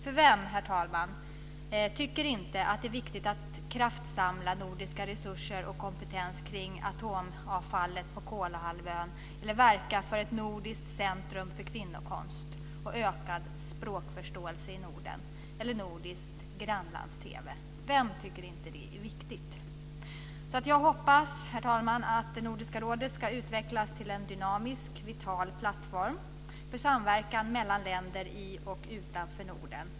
För vem, herr talman, tycker inte att det är viktigt att kraftsamla nordiska resurser och nordisk kompetens kring atomavfallet på Kolahalvön eller att verka för ett nordiskt centrum för kvinnokonst, för ökad språkförståelse i Norden eller för nordisk grannlands-TV? Jag hoppas således, herr talman, att Nordiska rådet ska utvecklas till en vital och dynamisk plattform för samverkan mellan länder i och utanför Norden.